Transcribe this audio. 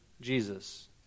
Jesus